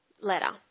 letter